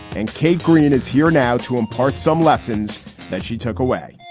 and kate greene is here now to impart some lessons that she took away